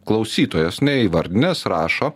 klausytojas neįvardinęs rašo